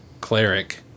cleric